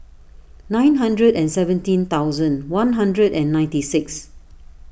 nine hundred and seventeen thousand one hundred and ninety six